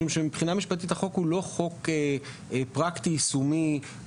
משום שמבחינה משפטית החוק הוא לא חוק פרקטי יישומי.